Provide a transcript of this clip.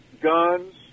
guns